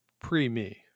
pre-me